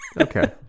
Okay